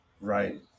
Right